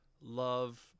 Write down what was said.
love